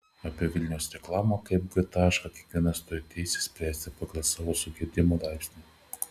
apie vilniaus reklamą kaip g tašką kiekvienas turi teisę spręsti pagal savo sugedimo laipsnį